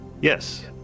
Yes